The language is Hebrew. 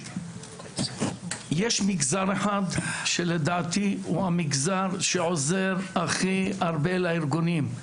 יש מגזר אחד שלדעתי הוא המגזר שעוזר הכי הרבה לארגונים,